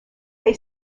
they